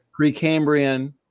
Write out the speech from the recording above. Precambrian